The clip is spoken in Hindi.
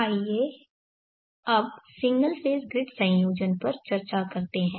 आइए अब सिंगल फेज़ ग्रिड संयोजन पर चर्चा करते हैं